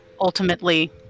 Ultimately